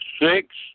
six